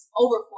over